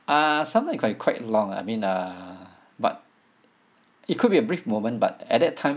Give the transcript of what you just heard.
uh sometime it quite quite long ah I mean uh but it could be a brief moment but at that time